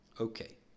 Okay